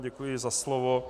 Děkuji za slovo.